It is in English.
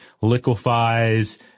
liquefies